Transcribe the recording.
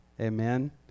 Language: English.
Amen